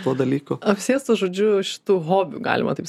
to dalyko apsėstas žodžiu šitų hobių galima taip